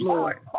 Lord